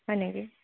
হয় নেকি